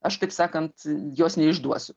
aš kaip sakant jos neišduosiu